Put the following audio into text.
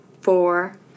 four